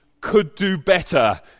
could-do-better